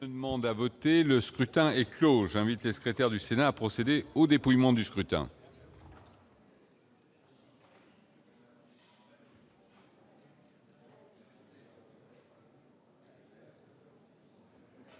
le scrutin est clos invité secrétaire du Sénat à procéder au dépouillement du scrutin.